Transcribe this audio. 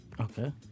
Okay